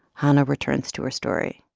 hanna returns to her story